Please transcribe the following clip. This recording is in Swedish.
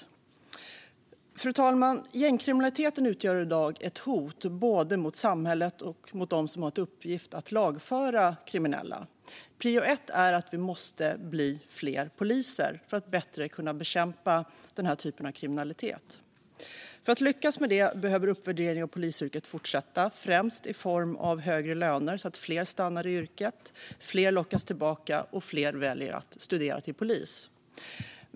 Fru talman! Gängkriminaliteten utgör i dag ett hot både mot samhället och mot dem som har till uppgift att lagföra kriminella. Prio ett är att det måste bli fler poliser för att vi bättre ska kunna bekämpa denna typ av kriminalitet. Om vi ska lyckas med detta behöver uppvärderingen av polisyrket fortsätta, främst i form av högre löner, så att fler stannar i yrket, fler lockas tillbaka och fler väljer att studera till polis.